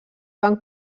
van